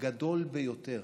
הגדול ביותר